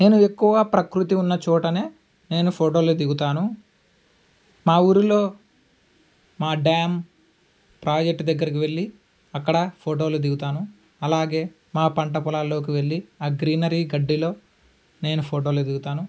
నేను ఎక్కువ ప్రకృతి ఉన్న చోటనే నేను ఫోటోలు దిగుతాను మా ఊరిలో మా డ్యామ్ ప్రాజెక్టు దగ్గరికి వెళ్ళి అక్కడ ఫోటోలు దిగుతాను అలాగే మా పంట పొలాల్లోకి వెళ్ళి ఆ గ్రీనరీ గడ్డిలో నేను ఫోటోలు దిగుతాను